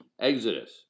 Exodus